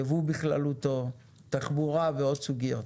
ייבוא בכללותו, תחבורה ועוד סוגיות.